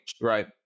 right